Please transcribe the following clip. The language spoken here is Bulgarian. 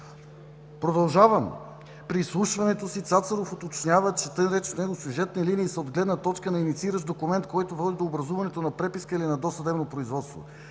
Продължавам – при изслушването си Цацаров уточнява, че така наречените от него сюжетни линии са от гледна точка на иницииращ документ, който води до образуването на преписка или на досъдебно производство.